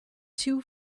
too